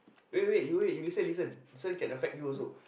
wait wait you wait you listen listen this one can affect you also